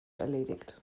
erledigt